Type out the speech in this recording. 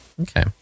Okay